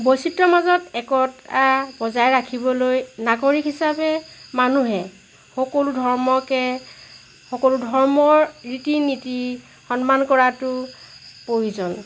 বৈচিত্ৰ্য়ৰ মাজত একতা বজাই ৰাখিবলৈ নাগৰিক হিচাপে মানুহে সকলো ধৰ্মকে সকলো ধৰ্মৰ ৰীতি নীতি সন্মান কৰাটো প্ৰয়োজন